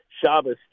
Shabbos